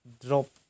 drop